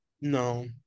No